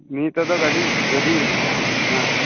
ᱱᱤᱛᱳᱜ ᱫᱚ ᱜᱟᱹᱰᱤ ᱜᱟᱹᱰᱤᱧ ᱦᱮᱸ